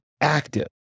active